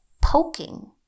poking